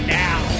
now